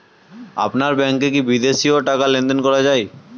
আপনার ব্যাংকে কী বিদেশিও টাকা লেনদেন করা যায়?